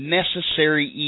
necessary